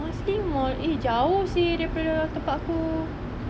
marsiling mall eh jauh seh daripada tempat aku